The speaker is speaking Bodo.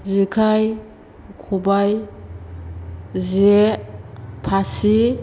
जेखाइ खबाइ जे फासि